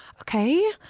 okay